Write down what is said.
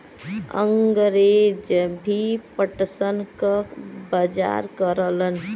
अंगरेज भी पटसन क बजार करलन